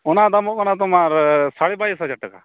ᱚᱱᱟ ᱫᱟᱢᱚᱜ ᱠᱟᱱᱟ ᱛᱳᱢᱟᱨ ᱥᱟᱲᱮᱵᱟᱭᱤᱥ ᱦᱟᱡᱟᱨ ᱴᱟᱠᱟ